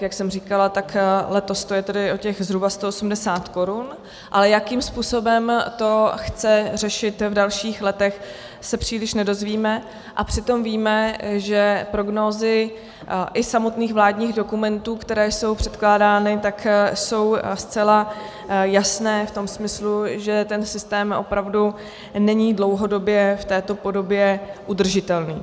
Jak jsem říkala, letos to je tedy o zhruba 180 korun, ale jakým způsobem to chce řešit v dalších letech, se příliš nedozvíme, a přitom víme, že prognózy i samotných vládních dokumentů, které jsou předkládány, jsou zcela jasné v tom smyslu, že ten systém opravdu není dlouhodobě v této podobě udržitelný.